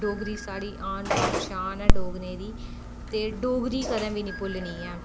डोगरी साह्ड़ी आन बान शान ऐ डोगरें दी ते डोगरी कदें बी नेईं भुल्लनी ऐ